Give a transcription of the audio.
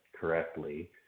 correctly